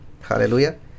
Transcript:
Hallelujah